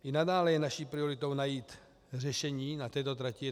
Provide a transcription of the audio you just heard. I nadále je naší prioritou najít řešení na této trati.